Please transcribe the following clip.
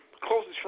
closest